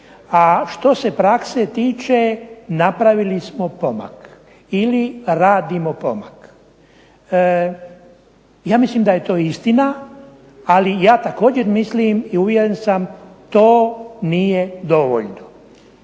a što se prakse tiče napravili smo pomak ili radimo pomak. Ja mislim da je to istina ali ja također mislim i uvjeren sam to nije dovoljno.